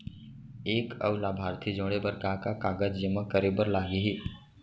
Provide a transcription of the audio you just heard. एक अऊ लाभार्थी जोड़े बर का का कागज जेमा करे बर लागही?